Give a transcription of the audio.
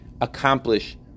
accomplish